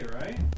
right